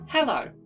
Hello